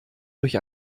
durch